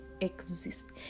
exist